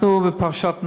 אנחנו בפרשת נח.